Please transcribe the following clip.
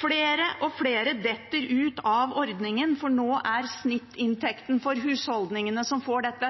Flere og flere detter ut av ordningen, for nå er snittinntekten for husholdningene som får dette,